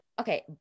Okay